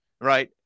right